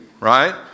right